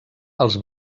els